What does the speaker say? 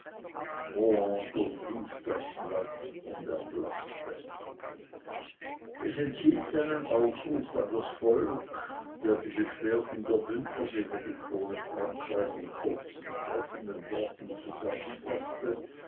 rohan durchlief das blatt und erblaßte es enthielt einen aufruf an das volk der die beschwerden der bündner gegen die krone frankreich in kurzen treffenden worten zusammenfaßte